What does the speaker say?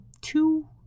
two